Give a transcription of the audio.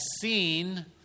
seen